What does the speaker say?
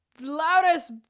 loudest